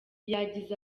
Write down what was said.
yagize